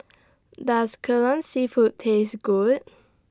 Does Kai Lan Seafood Taste Good